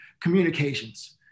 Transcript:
communications